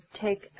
take